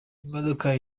imodoka